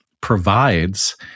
provides